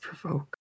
provoke